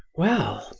well,